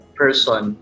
person